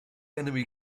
enemy